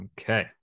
Okay